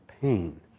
pain